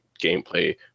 gameplay